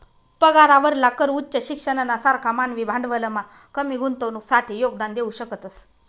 पगारावरला कर उच्च शिक्षणना सारखा मानवी भांडवलमा कमी गुंतवणुकसाठे योगदान देऊ शकतस